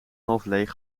halfleeg